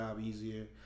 easier